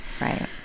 Right